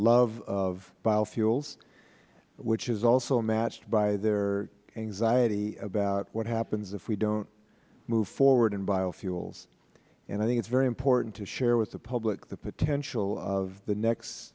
biofuels which is also matched by their anxiety about what happens if we don't move forward in biofuels and i think it is very important to share with the public the potential of the next